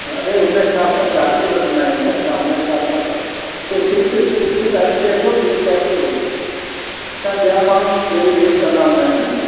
अरे हुन हिसाब सां चार्जिस वठंदा आहियूं न असां हुन हिसाब सां पोइ फ़िक्स टाइम ते अचो फ़िक्स टाइम ते वञो त ॿिया माण्हू वरी वेट कंदा हूंदा आहिनि न